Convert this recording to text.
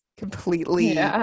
completely